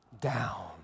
down